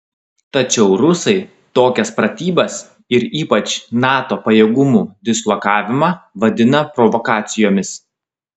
tačiau rusai tokias pratybas ir ypač nato pajėgumų dislokavimą vadina provokacijomis